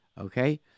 Okay